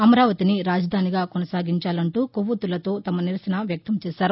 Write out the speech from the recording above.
అమరావతిని రాజధానిగా కొనసాగించాలంటూ కొవ్వొత్తులతో తమనిరసన వ్యక్తం చేశారు